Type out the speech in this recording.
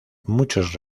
muchos